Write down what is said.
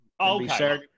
Okay